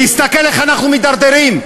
תסתכל איך אנחנו מתדרדרים.